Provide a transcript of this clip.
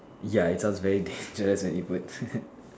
ya it sounds very dangerous when you put